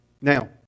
Now